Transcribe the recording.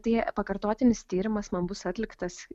tai pakartotinis tyrimas man bus atliktas